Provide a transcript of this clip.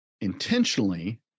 intentionally